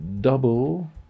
double